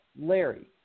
Larry